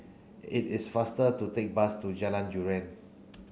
it is faster to take bus to Jalan durian